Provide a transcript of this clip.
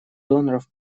доноров